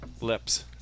lips